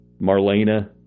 Marlena